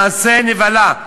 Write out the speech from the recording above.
מעשה נבלה.